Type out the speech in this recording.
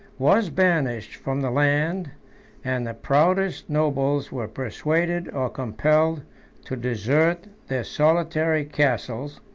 was banished from the land and the proudest nobles were persuaded or compelled to desert their solitary castles,